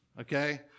okay